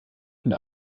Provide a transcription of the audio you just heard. und